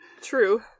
true